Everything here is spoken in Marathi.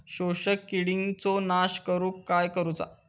शोषक किडींचो नाश करूक काय करुचा?